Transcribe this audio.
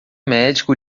médico